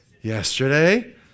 yesterday